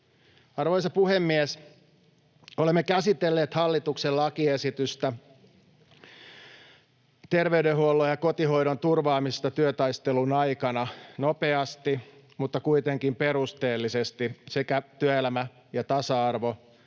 Arvoisa puhemies! Olemme käsitelleet hallituksen lakiesitystä terveydenhuollon ja kotihoidon turvaamisesta työtaistelun aikana nopeasti, mutta kuitenkin perusteellisesti sekä työelämä- ja tasa-arvo-